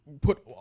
put